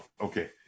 okay